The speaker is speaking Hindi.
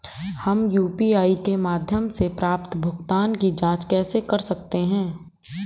हम यू.पी.आई के माध्यम से प्राप्त भुगतान की जॉंच कैसे कर सकते हैं?